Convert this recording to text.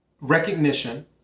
recognition